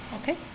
okay